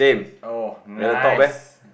oh nice